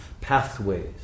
pathways